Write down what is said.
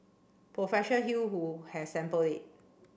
hew who has sampled it